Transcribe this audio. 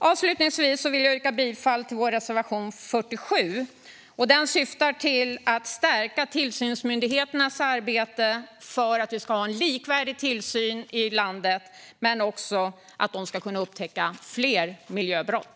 Avslutningsvis vill jag yrka bifall till vår reservation 47, som syftar till att stärka tillsynsmyndigheternas arbete för en likvärdig tillsyn i landet och till att de ska kunna upptäcka fler miljöbrott.